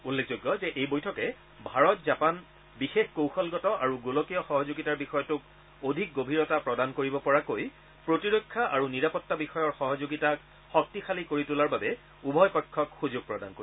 উল্লেখযোগ্য যে এই বৈঠকে ভাৰত জাপান বিশেষ কৌশলগত আৰু গোলকীয় সহযোগিতাৰ বিষয়টোক অধিক গভীৰতা প্ৰদান কৰিব পৰাকৈ প্ৰতিৰক্ষা আৰু নিৰাপত্তা বিষয়ৰ সহযোগিতাক শক্তিশালী কৰি তোলাৰ বাবে উভয় পক্ষক সুযোগ প্ৰদান কৰিব